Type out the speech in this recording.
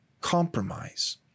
compromise